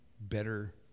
better